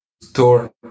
store